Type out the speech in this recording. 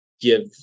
give